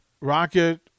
Rocket